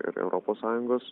ir europos sąjungos